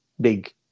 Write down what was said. big